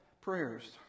prayers